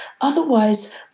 Otherwise